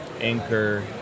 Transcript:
anchor